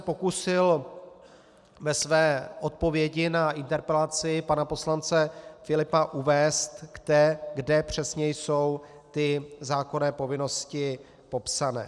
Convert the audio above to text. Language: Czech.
Pokusil jsem se ve své odpovědi na interpelaci pana poslance Filipa uvést, kde přesně jsou ty zákonné povinnosti popsány.